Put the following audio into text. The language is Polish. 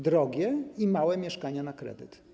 Drogie i małe mieszkania na kredyt.